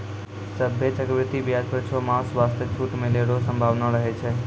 सभ्भे चक्रवृद्धि व्याज पर छौ मास वास्ते छूट मिलै रो सम्भावना रहै छै